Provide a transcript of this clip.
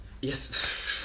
Yes